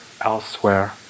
elsewhere